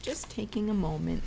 just taking a moment